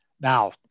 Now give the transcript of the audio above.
Now